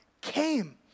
came